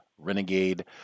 Renegade